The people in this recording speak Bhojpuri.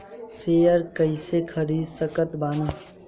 शेयर कइसे खरीद सकत बानी?